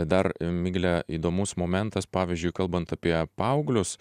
dar migle įdomus momentas pavyzdžiui kalbant apie paauglius